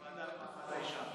הוועדה למעמד האישה.